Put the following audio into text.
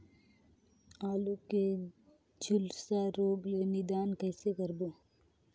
आलू के झुलसा रोग ले निदान कइसे करबो?